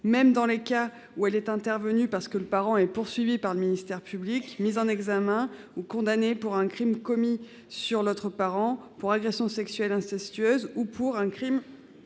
une durée de six mois, même lorsque le parent est poursuivi par le ministère public, mis en examen ou condamné pour un crime commis sur l'autre parent, pour agression sexuelle incestueuse ou pour un crime